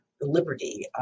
liberty